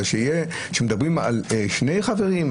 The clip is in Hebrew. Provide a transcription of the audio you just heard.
אבל כשמדברים על שני חברים,